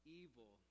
evil